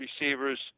receivers